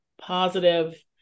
positive